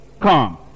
come